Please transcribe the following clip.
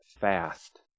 fast